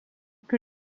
que